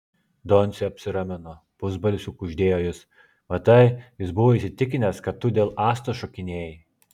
doncė apsiramino pusbalsiu kuždėjo jis matai jis buvo įsitikinęs kad tu dėl astos šokinėjai